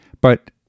But-